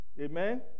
Amen